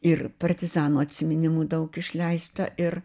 ir partizanų atsiminimų daug išleista ir